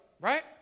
right